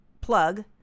plug